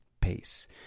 pace